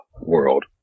world